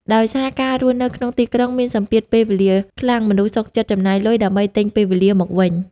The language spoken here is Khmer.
ដោយសារការរស់នៅក្នុងទីក្រុងមានសម្ពាធពេលវេលាខ្លាំង មនុស្សសុខចិត្តចំណាយលុយដើម្បី "ទិញពេលវេលា" មកវិញ។